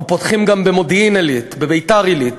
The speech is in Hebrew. אנחנו פותחים גם במודיעין-עילית, בביתר-עילית.